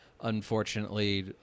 Unfortunately